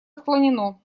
отклонено